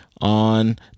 on